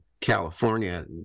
California